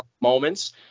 moments